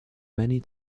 many